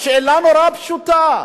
שאלה נורא פשוטה: